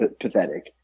pathetic